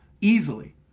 easily